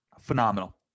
Phenomenal